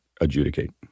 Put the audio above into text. adjudicate